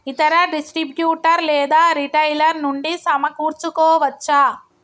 ఇతర డిస్ట్రిబ్యూటర్ లేదా రిటైలర్ నుండి సమకూర్చుకోవచ్చా?